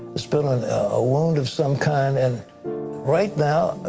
sort of a wound of some kind. and right now,